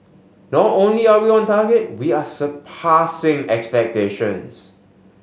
not only are we on target we are surpassing expectations